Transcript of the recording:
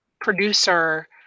producer